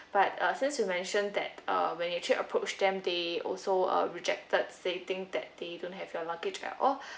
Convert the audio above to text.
but uh since you mentioned that when you actually approach them they also uh rejected stating that they don't have your luggage at all